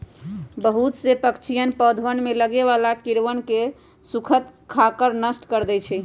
बहुत से पक्षीअन पौधवन में लगे वाला कीड़वन के स्खुद खाकर नष्ट कर दे हई